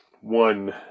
one